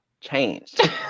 changed